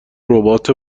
ربات